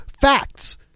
facts